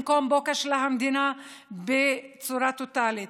במקום שבו כשלה המדינה בצורה טוטלית,